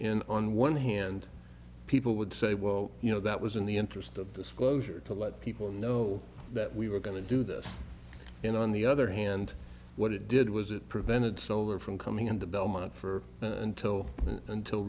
in on one hand people would say well you know that was in the interest of the school year to let people know that we were going to do this and on the other hand what it did was it prevented solar from coming in the belmont for until until